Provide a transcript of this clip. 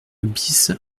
bis